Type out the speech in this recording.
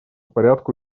порядку